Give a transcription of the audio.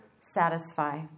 satisfy